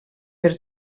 per